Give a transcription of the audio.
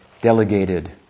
delegated